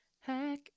Heck